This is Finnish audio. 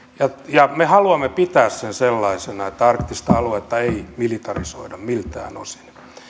me haluamme pitää sen sellaisena että arktista aluetta ei militarisoida miltään osin